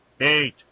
eight